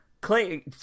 clay